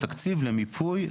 קיבלנו תקציב למיפוי.